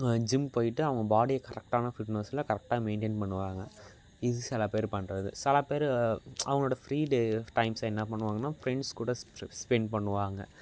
gym போய்விட்டு அவங்க பாடியை கரெட்டான பிட்னஸில் கரெக்டாக மெயின்டைன் பண்ணுவாங்க இது சில பேர் பண்ணுறது சில பேர் அவங்களோட ஃபிரீடு டைம்ஸை என்ன பண்ணுவாங்கன்னால் ஃப்ரெண்ட்ஸ் கூட ஸ்பென்ட் பண்ணுவாங்க